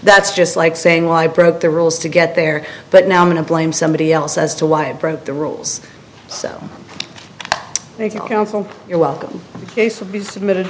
that's just like saying why i broke the rules to get there but now i'm going to blame somebody else as to why i broke the rules so they can counsel you're welcome be submitted